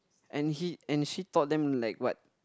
and he and she taught them like what